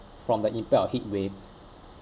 from the impact of heatwave